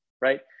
right